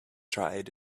tried